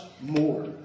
more